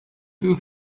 two